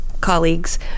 colleagues